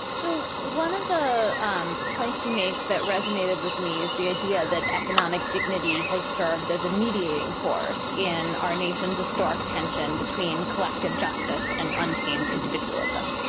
so one of the um points you make that resonated with me is the idea that economic dignity has served as a mediating force in our nation's historic tension between collective justice and untamed individualism.